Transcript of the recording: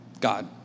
God